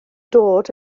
dod